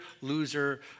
loser